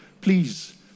Please